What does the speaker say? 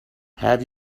have